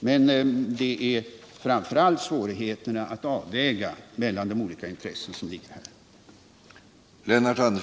Men framför allt är det svårigheter att avväga mellan de olika intressen som finns här.